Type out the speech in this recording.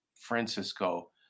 Francisco